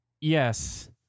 yes